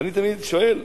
ואני תמיד שואל,